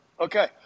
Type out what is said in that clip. Okay